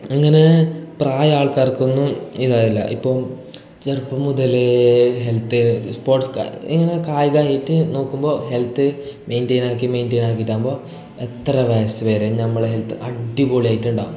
അങ്ങനെ പ്രായാൾക്കാർക്കൊന്നും ഇതാവില്ല ഇപ്പോൾ ചെറുപ്പം മുതലേ ഹെൽത്ത് സ്പോർട്സ്ക്കെ ഇങ്ങനെ കായികായിട്ട് നോക്കുമ്പോൾ ഹെൽത്ത് മെയിൻ്റെയിനാക്കി മെയിൻ്റെയിനാക്കീട്ടാകുമ്പോൾ എത്ര വയസ്സു വരേം നമ്മളെ ഹെൽത്ത് അടിപൊളി ആയിട്ടുണ്ടാവും